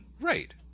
right